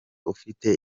ufite